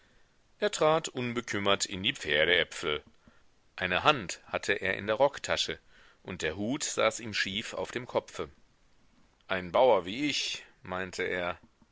er trat unbekümmert in die pferdeäpfel eine hand hatte er in der rocktasche und der hut saß ihm schief auf dem kopfe ein bauer wie ich meinte er